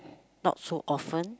not so often